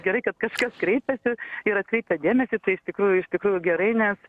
gerai kad kažkas kreipiasi ir atkreipia dėmesį tai iš tikrųjų iš tikrųjų gerai nes